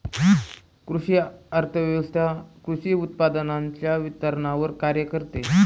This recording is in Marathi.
कृषी अर्थव्यवस्वथा कृषी उत्पादनांच्या वितरणावर कार्य करते